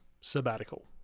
sabbatical